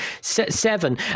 seven